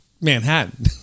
Manhattan